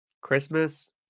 Christmas